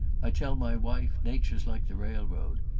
i tell my wife nature's like the railroad.